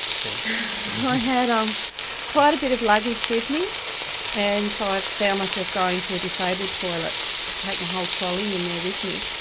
i had um quite a bit of luggage with me and so i found myself going to a disabled toilet to take my whole trolley in there with me.